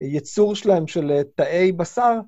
ייצור שלהם של תאי בשר.